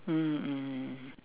mm mm